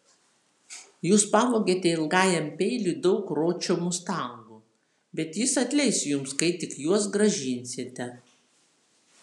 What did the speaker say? jūs pavogėte ilgajam peiliui daug ročio mustangų bet jis atleis jums kai tik juos grąžinsite